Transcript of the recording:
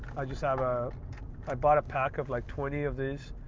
i just have, ah i bought a pack of like twenty of these,